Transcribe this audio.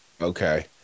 okay